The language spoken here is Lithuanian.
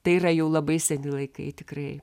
tai yra jau labai seni laikai tikrai